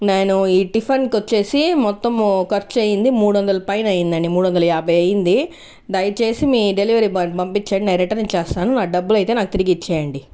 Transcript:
నేను ఈ టిఫెన్ కి వచ్చేసి మొత్తము ఖర్చు అయింది మూడు వందలు పైన అయిందండి మూడు వందల యాభై అయ్యింది దయచేసి మీ డెలివరీ బాయ్ ని పంపించండి నేను రిటర్న్ ఇచ్చేస్తాను నా డబ్బులు అయితే నాకు తిరిగి ఇచ్చేయండి